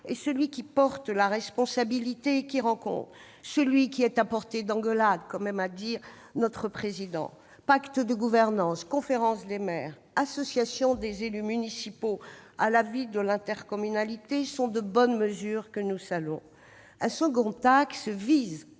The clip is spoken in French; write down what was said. est celui qui porte la responsabilité et qui en rend compte, celui qui est « à portée d'engueulade », comme aime à dire notre président. Le pacte de gouvernance, la conférence des maires, l'association des élus municipaux à la vie de l'intercommunalité sont de bonnes mesures, que nous saluons. Un second axe vise